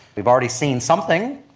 we've already seen something,